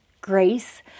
grace